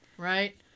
Right